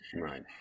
Right